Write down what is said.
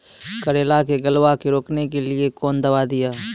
करेला के गलवा के रोकने के लिए ली कौन दवा दिया?